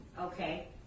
Okay